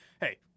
Hey